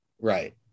Right